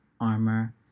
armor